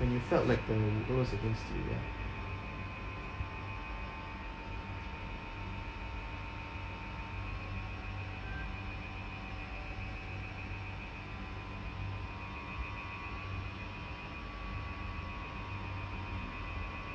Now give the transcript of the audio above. when you felt like the world was against you ya